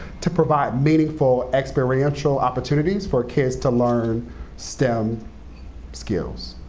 to provide meaningful experiential opportunities for kids to learn stem skills.